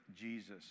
Jesus